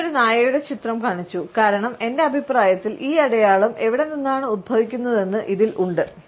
ഞാൻ ഒരു നായയുടെ ചിത്രം കാണിച്ചു കാരണം എന്റെ അഭിപ്രായത്തിൽ ഈ അടയാളം എവിടെ നിന്നാണ് ഉത്ഭവിക്കുന്നതെന്ന് ഇതിൽ ഉണ്ട്